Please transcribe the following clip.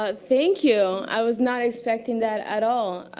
ah thank you. i was not expecting that at all.